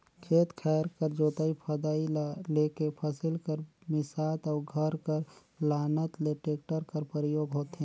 खेत खाएर कर जोतई फदई ल लेके फसिल कर मिसात अउ घर कर लानत ले टेक्टर कर परियोग होथे